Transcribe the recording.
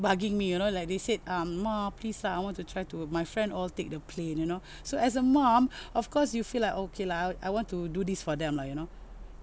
bugging me you know like they said uh ma please lah I want to try to my friend all take the plane you know so as a mom of course you feel like okay lah I want to do this for them lah you know